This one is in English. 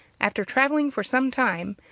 after travelling for some time,